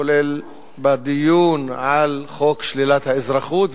כולל בדיון על חוק שלילת האזרחות,